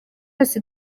yose